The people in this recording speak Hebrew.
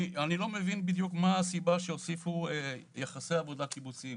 אני לא מבין מה הסיבה בדיוק שהוסיפו יחסי עבודה קיבוציים.